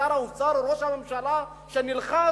שר האוצר או ראש הממשלה נלחץ,